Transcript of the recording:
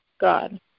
God